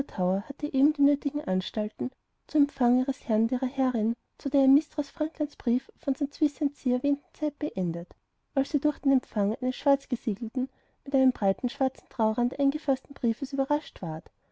hatte eben die nötigen anstalten zum empfang ihres herrn und ihrer herrin zu der in mistreß franklands brief von st swithins sea erwähnten zeit beendet als sie durch den empfang eines schwarzgesiegelten mit einem breiten schwarzen trauerrand eingefaßten briefes überraschtward